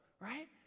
right